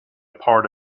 part